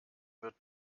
wird